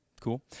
Cool